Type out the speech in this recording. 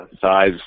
size